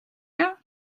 now